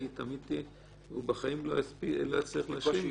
הוא בחיים לא יצליח להשלים את זה.